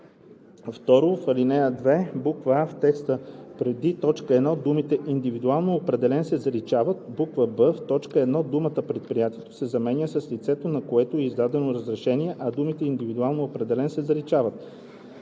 В ал. 2: а) в текста преди т. 1 думите „индивидуално определен“ се заличават; б) в т. 1 думата „предприятието“ се заменя с „лицето, на което е издадено разрешение“, а думите „индивидуално определен“ се заличават;